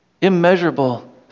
immeasurable